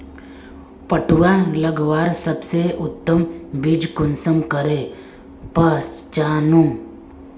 पटुआ लगवार सबसे उत्तम बीज कुंसम करे पहचानूम?